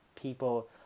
people